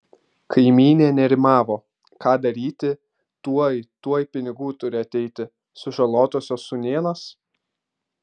kaimynė nerimavo ką daryti tuoj tuoj pinigų turi ateiti sužalotosios sūnėnas